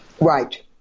right